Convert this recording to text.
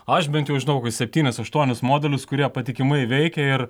aš bent jau žinau kokius septynis aštuonis modelius kurie patikimai veikia ir